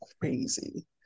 crazy